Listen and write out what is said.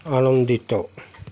ଆନନ୍ଦିତ